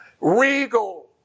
regal